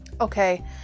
Okay